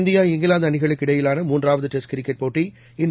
India England அணிகளுக்கிடையிலான மூன்றாவது test cricket போட்டி இன்று